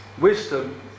Wisdom